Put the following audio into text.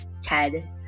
Ted